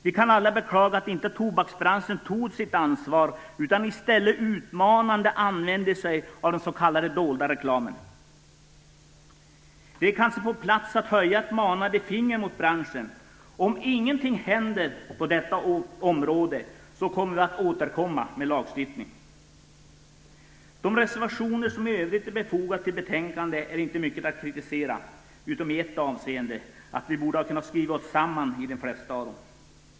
Vi kan alla beklaga att tobaksbranschen inte tog sitt ansvar, utan i stället utmanande använde sig av den s.k. dolda reklamen. Det är kanske på sin plats att höja ett manande finger mot branschen. Om inget händer på detta område, kommer vi att återkomma med lagstiftning. När det gäller de reservationer som i övrigt är fogade till betänkandet finns det inte mycket att kritisera, utom i ett avseende, nämligen att vi borde ha kunnat skriva oss samman i de flesta av fallen.